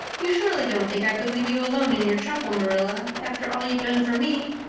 you surely don't think i could leave you alone in your trouble, marilla, after all you've done for me.